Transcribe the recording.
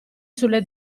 sulle